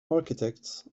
architects